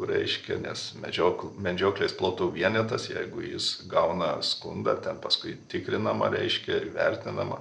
reiškia nes medžiokl medžioklės plotų vienetas jeigu jis gauna skundą ten paskui tikrinama reiškia vertinama